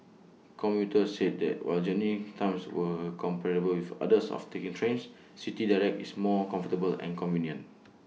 commuters said that while journey times were comparable with those of taking trains City Direct is more comfortable and convenient